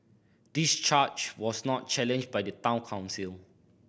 this charge was not challenged by the Town Council